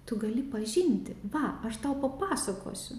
tu gali pažinti va aš tau papasakosiu